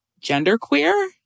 genderqueer